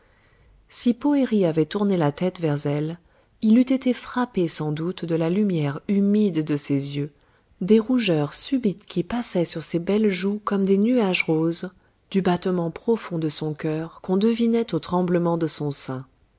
si poëri avait tourné la tête vers elle il eût été frappé sans doute de la lumière humide de ses yeux des rougeurs subites qui passaient sur ses belles joues comme des nuages roses du battement profond de son cœur qu'on devinait au tremblement de son sein